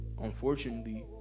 unfortunately